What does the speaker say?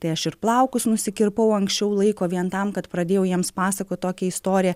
tai aš ir plaukus nusikirpau anksčiau laiko vien tam kad pradėjau jiems pasakot tokią istoriją